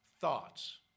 thoughts